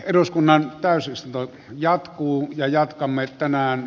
eduskunnan täysistunto jatkuu ja jatkamme tänään